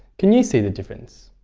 can you see the difference?